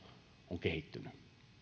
on kehittynyt